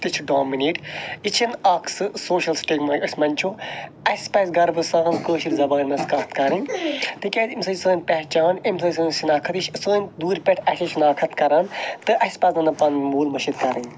تہِ چھِ ڈامِنیٹ یہِ چھ نہٕ اکھ سُہ سوشَل سٹِگما أسۍ مَنٛدچھو اَسہِ پَزِ گَروٕ سان کٲشر زبانی مَنٛز کتھ کَرٕن تکیازِ امہ سۭتۍ چھِ سٲنۍ پہچان امہ سۭتۍ چھِ سٲنۍ شناخت یہِ چھِ سٲنۍ دوٗرِ پیٚٹھ اسہِ شناخت کران تہٕ اَسہِ پَزَن نہٕ پَنن موٗل مٔشِد کَرٕن